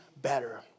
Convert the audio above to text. Better